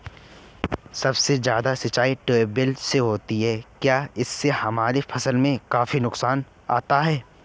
सबसे ज्यादा सिंचाई ट्यूबवेल से होती है क्या इससे हमारे फसल में काफी नुकसान आता है?